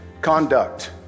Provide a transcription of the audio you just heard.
conduct